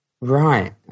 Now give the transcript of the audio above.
Right